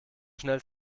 schnell